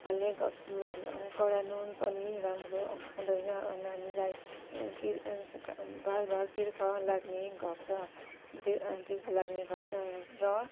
हाल्ने गर्छु कडा नुन पनि राम्रो हुँदैन नानीलाई ती बार बार तिर्खा लाग्ने गर्छ त्य तिर्खा लाग्ने गर्छ र